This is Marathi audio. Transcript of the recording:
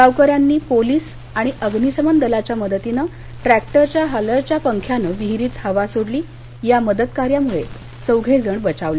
गावकऱ्यांनी पोलीस आणि अग्निशमन दलाच्या मदतीनं ट्रॅक्टरच्या हालरच्या पंख्यानं विहिरीत हवा सोडली या मदतकार्यामुळे चौघजण बचावले